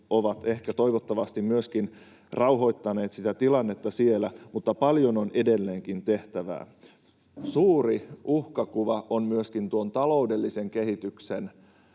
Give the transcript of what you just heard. ovat ehkä toivottavasti myöskin rauhoittaneet sitä tilannetta siellä, mutta paljon on edelleenkin tehtävää. Suuri uhkakuva on myöskin tuon taloudellisen kehityksen